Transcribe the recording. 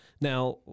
now